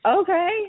Okay